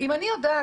אם אני יודעת,